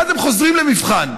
ואז הם חוזרים למבחן.